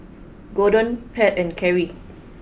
Gorden Pat and Carie